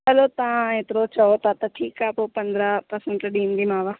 हलो तव्हां ऐतिरो चओ था त ठीकु आहे पोइ पंद्रहं परसेंट ॾींदीमाव